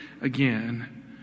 again